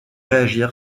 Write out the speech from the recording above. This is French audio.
réagir